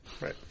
Right